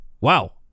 wow